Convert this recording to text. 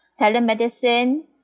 telemedicine